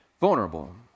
vulnerable